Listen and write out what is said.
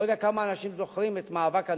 אני לא יודע כמה אנשים זוכרים את מאבק הנכים,